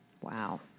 Wow